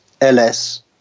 LS